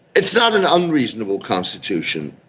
it's not an unreasonable constitution.